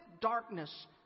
darkness